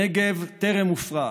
הנגב טרם הופרח,